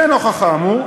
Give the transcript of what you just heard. לנוכח האמור,